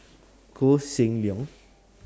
Koh Seng Leong